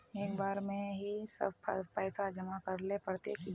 एक बार में ही सब पैसा जमा करले पड़ते की?